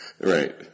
Right